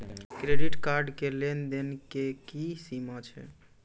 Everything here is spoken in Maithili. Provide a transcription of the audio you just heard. क्रेडिट कार्ड के लेन देन के की सीमा छै?